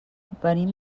venim